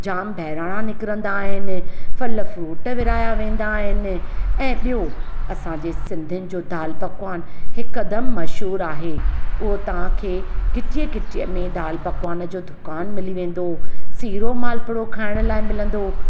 जामु बहिराणा निकिरंदा आहिनि फल फ्रुट विरिहाया वेंदा आहिनि ऐं ॿियो असांजे सिंधियुनि जो दाल पकवानु हिकदमि मशहूरु आहे उहो तव्हांखे घिटीअ घिटीअ में दाल पकवान जो दुकानु मिली वेंदो सीरो मालपुड़ो खाइण लाइ मिलंदो